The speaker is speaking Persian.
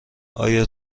آیا